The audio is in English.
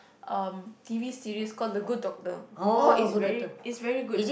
um t_v series called the good doctor oh it's very it's very good